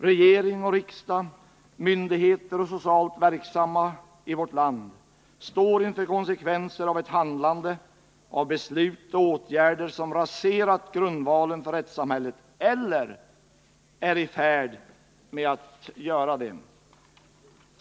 Regering och riksdag, myndigheter och socialt verksamma grupper i vårt land får nu ta konsekvenserna av ett handlande, av beslut och av åtgärder som raserat grundvalen för rättssamhället eller som är i färd med att göra det.